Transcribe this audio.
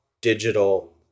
digital